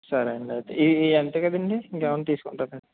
సరే అండి అయితే ఈ ఇవి అంతేకదండీ ఇంకేమైనా తీసుకుంటారా